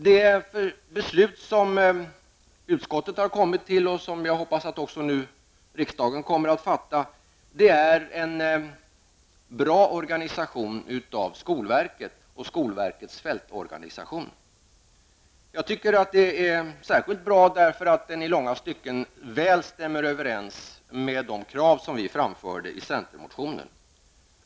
Det ställningstagande som utskottet har gjort -- och jag hoppas att detta också blir riksdagens beslut -- innebär en bra organisation av skolverket och skolverkets fältorganisation. Det är bra särskilt därför att det här i långa stycken väl överensstämmer med de krav som har framförts i centermotionen.